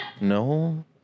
No